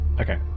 Okay